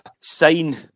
sign